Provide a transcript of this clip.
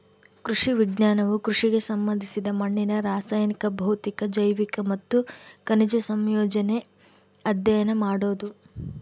ಕೃಷಿ ವಿಜ್ಞಾನವು ಕೃಷಿಗೆ ಸಂಬಂಧಿಸಿದ ಮಣ್ಣಿನ ರಾಸಾಯನಿಕ ಭೌತಿಕ ಜೈವಿಕ ಮತ್ತು ಖನಿಜ ಸಂಯೋಜನೆ ಅಧ್ಯಯನ ಮಾಡೋದು